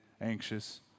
anxious